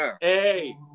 Hey